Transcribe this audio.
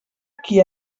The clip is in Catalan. qui